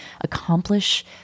accomplish